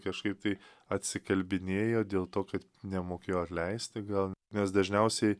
kažkaip tai atsikalbinėjo dėl to kad nemokėjo atleisti gal nes dažniausiai